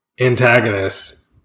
antagonist